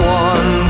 one